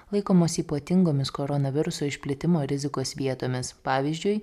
laikomos ypatingomis koronaviruso išplitimo rizikos vietomis pavyzdžiui